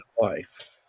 life